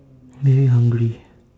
very hungry